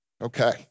Okay